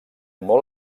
molt